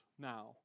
now